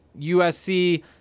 USC